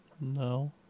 No